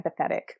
empathetic